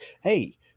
Hey